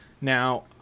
now